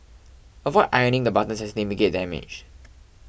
avoid ironing the buttons as they may get damaged